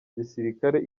gisirikare